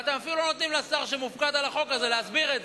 אבל אתם אפילו לא נותנים לשר שמופקד על החוק הזה להסביר אותו.